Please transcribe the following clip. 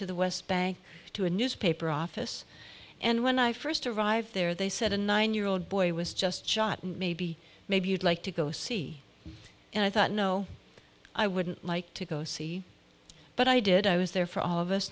to the west bank to a newspaper office and when i first arrived there they said a nine year old boy was just shot and maybe maybe you'd like to go see and i thought no i wouldn't like to go see but i did i was there for all of us